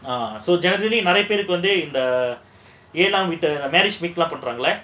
ah so generally நிறைய பேருக்கு வந்து இந்த ஏழாம் வீட்ல:niraiya perukku vandhu ellaam veetla marriage பண்றாங்கல:pandraangala